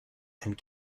and